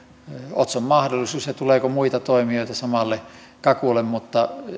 otson mahdollisuus ja tuleeko muita toimijoita samalle kakulle mutta